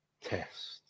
test